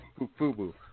Fubu